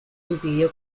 impidió